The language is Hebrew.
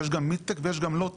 יש גם מידטק ויש גם low tech,